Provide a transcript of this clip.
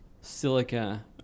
silica